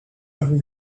have